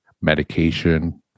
medication